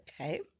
Okay